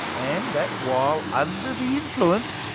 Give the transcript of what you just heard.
and that, while under the influence,